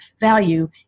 value